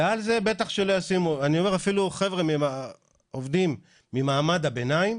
אני אומר, החבר'ה העובדים ממעמד הביניים,